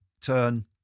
turn